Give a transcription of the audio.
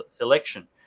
election